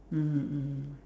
mmhmm mmhmm